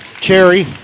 Cherry